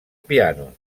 piano